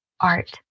art